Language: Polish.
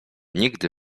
nigdy